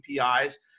APIs